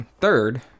third